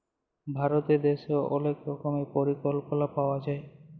ভারত দ্যাশে অলেক রকমের পরিকল্পলা পাওয়া যায়